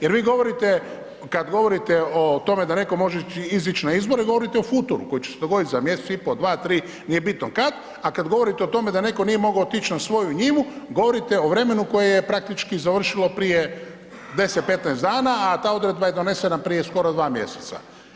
Jer vi govorite kad govorite o tome da netko može izaći na izbore govorite o futuru koji će se dogoditi za mjesec i po 2, 3, nije bitno kad, a kad govorite o tome da netko nije mogao otići na svoju njivu govorite o vremenu koje je praktički završilo prije 10-15 dana, a ta odredba je donesena prije gotovo skoro 2 mjeseca.